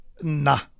Nah